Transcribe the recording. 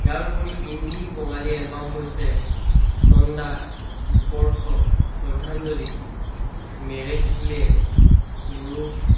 ইয়াৰোপৰি হিন্দী বঙালী এলবাম হৈছে চন্দা স্পৰ্শ শ্ৰদ্ধাঞ্জলি মেৰে শিলে নোৰোফ